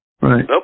Right